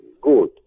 good